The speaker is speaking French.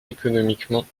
économiquement